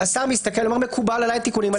השר מסתכל ואומר: מקובלים עלי התיקונים האלה,